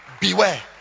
beware